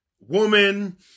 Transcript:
woman